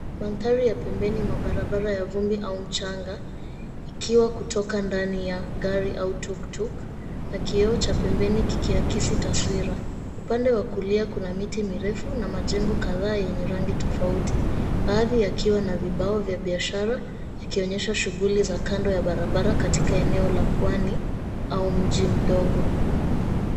Mandhari ya pembeni mwa barabara ya vumbi au mchanga, ikiwa kutoka ndani ya gari au tuku tuku, na kioo cha pembeni kikiakisi taswira. Upande wa kulia kuna miti mirefu na majengo kadhaa yenye rangi tofauti. Baadhi ya kiwa na vibao vya biashara, yakionyesha shughuli za kando ya barabara katika eneo la pwani au mji mdogo.